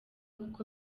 kuko